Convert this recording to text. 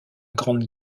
grande